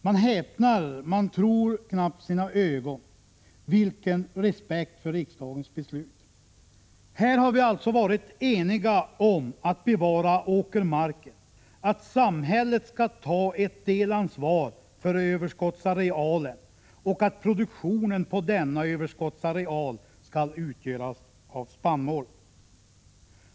Man häpnar, man tror knappt sina ögon — vilken respekt för riksdagens beslut! Här har vi alltså varit eniga om att bevara åkermarken, att samhället skall ta ett delansvar för överskottsarealen och att produktionen på denna överskottsareal skall utgöras av spannmål.